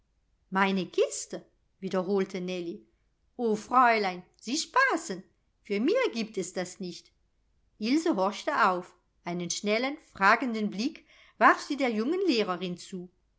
meine kiste wiederholte nellie o fräulein sie spaßen für mir giebt es das nicht ilse horchte auf einen schnellen fragenden blick warf sie der jungen lehrerin zu